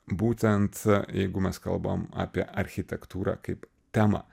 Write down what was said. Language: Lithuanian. būtent jeigu mes kalbam apie architektūrą kaip temą